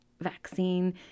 vaccine